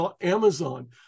Amazon